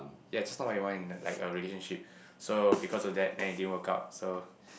ya it's not what you want in the like a relationship so because of that anything work out so